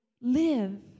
live